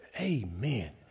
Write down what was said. Amen